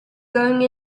going